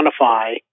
quantify